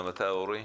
גם אתה, אורי.